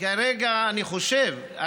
אני חושב,